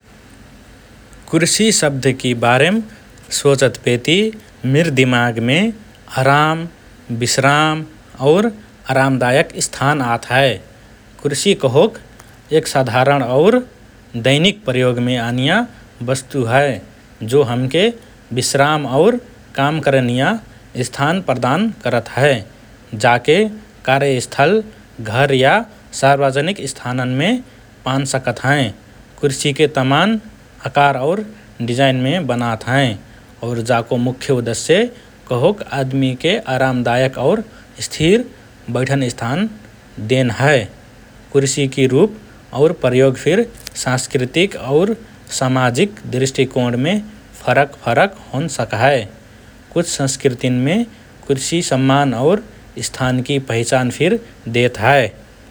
कुर्सी शब्दकि बारेम सोचतपेति मिर दिमागमे आराम, विश्राम और आरामदायक स्थान आत हए । कुर्सी कहोक एक साधारण और दैनिक प्रयोगमे आनिया वस्तु हए । जो हमके विश्राम और काम करनिया स्थान प्रदान करत हए । जाके कार्यस्थल, घर या सार्वजनिक स्थानन्मे पान सकत हएँ । कुर्सीके तमान् आकार और डिजाईनमे बनात हएँ और जाको मुख्य उद्देश्य कहोक आदमिके आरामदायक और स्थिर बैठन स्थान देन हए । कुर्सीकि रुप और प्रयोग फिर सांस्कृतिक और सामाजिक दृष्टिकोणमे फरक–फरक होन सकहए । कुछ संस्कृतिन्मे कुर्सी सम्मान और स्थानकि पहिचान फिर देत हए ।